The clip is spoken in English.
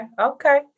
Okay